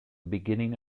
beginning